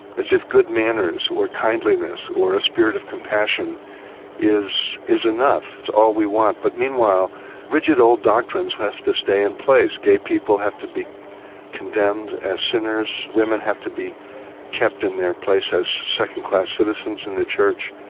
as if good manners or kindliness or a spirit of compassion is is enough, it's all we want. but meanwhile rigid old doctrines have to stay in place gay people have to be condemned as sinners, women have to be kept in their place as second-class citizens in the church.